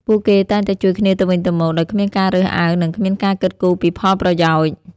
ពួកគេតែងតែជួយគ្នាទៅវិញទៅមកដោយគ្មានការរើសអើងនិងគ្មានការគិតគូរពីផលប្រយោជន៍។